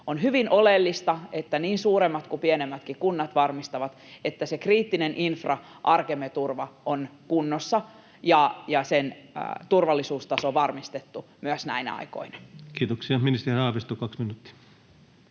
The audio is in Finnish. On hyvin oleellista, että niin suuremmat kuin pienemmätkin kunnat varmistavat, että se kriittinen infra, arkemme turva, on kunnossa ja sen turvallisuustasovarmistettu myös näinä aikoina. Kiitoksia. — Ministeri Haavisto, kaksi minuuttia.